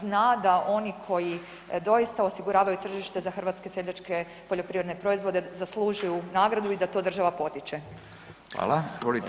zna da oni koji doista osiguravaju tržište za hrvatske seljačke poljoprivredne proizvode zaslužuju nagradu i da to država potiče.